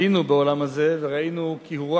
היינו בעולם הזה, וראינו כי הוא רע.